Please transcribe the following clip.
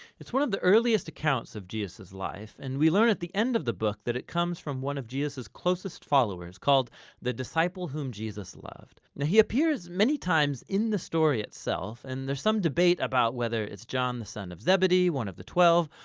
it's one of the earliest accounts of jesus' life and we learn at the end of the book that it comes from one of jesus' closest followers, called the disciple whom jesus loved. now he appears many times in the story itself and there's some debate about whether it's john the son of zebedee, one of the twelve,